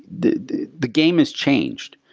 the the game has changed.